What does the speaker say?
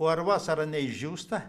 o ar vasarą neišdžiūsta